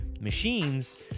machines